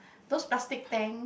those plastic tank